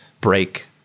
break